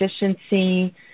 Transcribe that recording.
efficiency